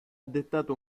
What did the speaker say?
dettato